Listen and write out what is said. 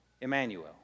Emmanuel